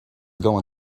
going